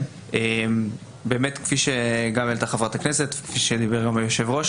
כפי שהעלתה גם חברת הכנסת לזימי והיושב-ראש,